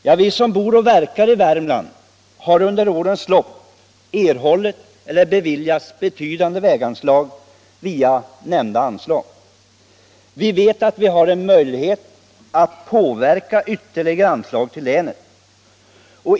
Ja, vi som bor och verkar i Värmland har under årens lopp beviljats betydande medel via nämnda anslag. Vi vet att vi har en möjlighet att få ytterligare anslag till länet.